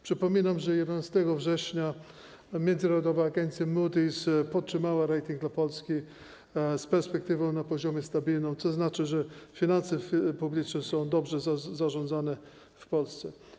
Przypominam, że 11 września międzynarodowa agencja Moody’s podtrzymała rating dla Polski z perspektywą na poziomie stabilnym, co znaczy, że finanse publiczne są dobrze zarządzane w Polsce.